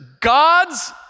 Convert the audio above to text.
God's